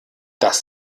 das